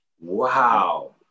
wow